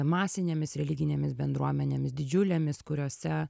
masinėmis religinėmis bendruomenėmis didžiulėmis kuriose